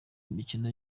imikino